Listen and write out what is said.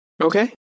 Okay